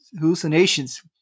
hallucinations